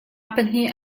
pahnih